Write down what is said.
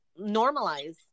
normalize